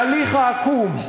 ההליך העקום,